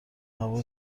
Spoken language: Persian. هوا